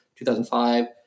2005